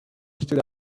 stood